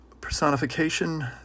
personification